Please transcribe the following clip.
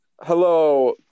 hello